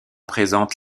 présente